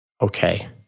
Okay